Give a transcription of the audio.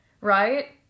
right